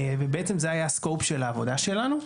ובעצם זה היה ה-scope של העבודה שלנו.